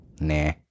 Nah